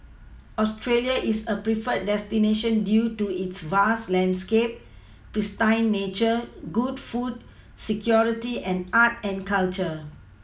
Australia is a preferred destination due to its vast landscape pristine nature good food security and art and culture